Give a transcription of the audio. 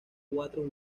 cuatro